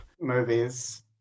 movies